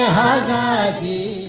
ah da da da